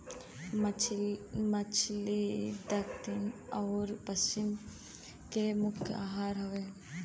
मछली दक्खिन आउर पश्चिम के प्रमुख आहार हउवे